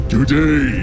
Today